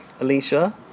Alicia